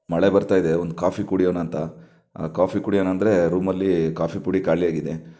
ಮಳೆ ಬರ್ತಾ ಇದೆ ಒಂದು ಕಾಫಿ ಕುಡ್ಯೋಣಂತ ಕಾಫಿ ಕುಡಿಯೋಣ ಅಂದರೆ ರೂಮಲ್ಲಿ ಕಾಫಿ ಪುಡಿ ಖಾಲಿಯಾಗಿದೆ